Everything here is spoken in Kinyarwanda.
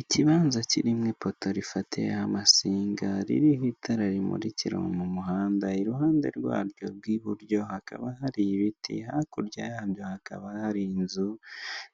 Ikibanza kiririmo ipoto rifatiho amatsinga ririho itara rimurikira mu muhanda iruhande rwaryo rw'iburyo hakaba hari ibiti hakurya yabyo, hakaba hari inzu